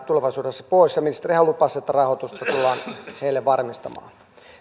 tulevaisuudessa pois ja ministerihän lupasi että rahoitusta tullaan heille varmistamaan